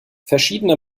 verschiedene